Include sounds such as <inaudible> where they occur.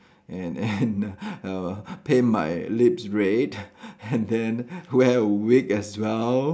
and and <laughs> uh paint my lips red and then wear a wig as well